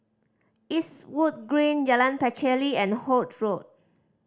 Eastwood Green Jalan Pacheli and Holt Road